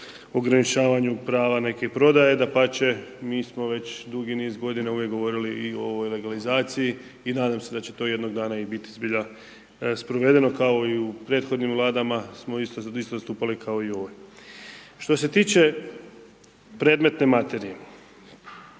ograničavanju prava neke prodaje dapače mi smo već dugi niz godina uvijek govorili i o ovoj legalizaciji i nadam se da će to jednog dana i biti zbilja sprovedeno. Kao i u prethodnim vladama smo isto zastupali kao i ovdje. Što se tiče predmetne materije,